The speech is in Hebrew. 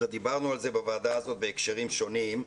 דיברנו על זה בוועדה הזאת בהקשרים שונים.